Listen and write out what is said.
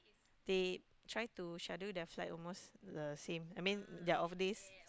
they trying to schedule their side almost the same I mean their off days